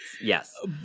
yes